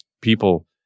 people